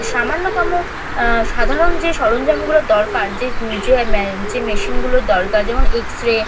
সামান্যতম সাধারণ যে সরঞ্জামগুলোর দরকার যে যে যে মেশিনগুলোর দরকার যেমন এক্সরে